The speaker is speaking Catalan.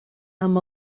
amb